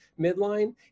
midline